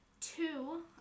Two